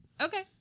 Okay